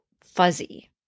fuzzy